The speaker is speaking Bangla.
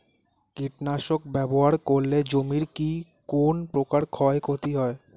কীটনাশক ব্যাবহার করলে জমির কী কোন প্রকার ক্ষয় ক্ষতি হয়?